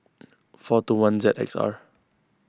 four two one Z X R